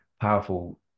powerful